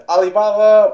Alibaba